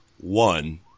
one –